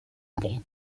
pompes